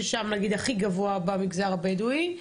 שם הכי גבוה במגזר הבדואי.